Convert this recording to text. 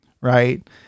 right